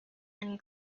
and